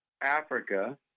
Africa